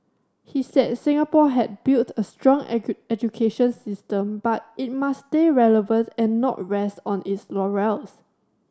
he said Singapore had built a strong education system but it must stay relevant and not rest on its laurels